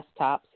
desktops